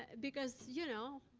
because you know.